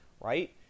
right